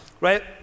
Right